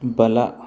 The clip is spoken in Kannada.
ಬಲ